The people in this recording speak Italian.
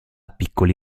piccoli